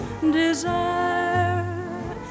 desire